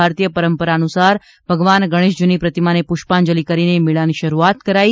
ભારતીય પરંપરા અનુસાર ભગવાન ગણેશની પ્રતિમાને પુષ્પાંજલિ કરીને મેળાની શરૂઆત કરાઈ